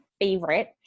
favorite